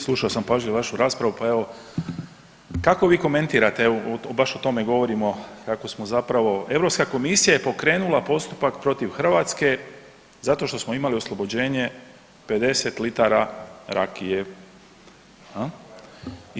Slušao sam pažljivo vašu raspravu, pa evo kako vi komentirate evo baš o tome govorimo kako smo zapravo Europska komisija je pokrenula postupak protiv Hrvatske zato što smo imali oslobođenje 50 litara rakije, jel.